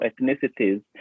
ethnicities